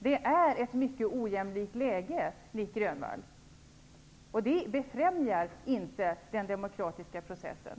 Det är ett mycket ojämlikt läge, Nic Grönvall, och det befrämjar inte den demokratiska processen.